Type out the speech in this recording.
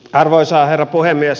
arvoisa herra puhemies